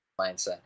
mindset